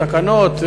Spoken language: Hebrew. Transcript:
תקנות,